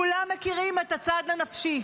כולם מכירים את הצד הנפשי.